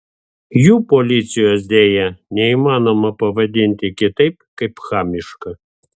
jų policijos deja neįmanoma pavadinti kitaip kaip chamiška